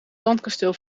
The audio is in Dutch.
zandkasteel